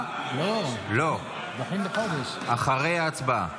לא תהיה הצבעה.